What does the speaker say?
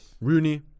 Rooney